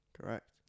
Correct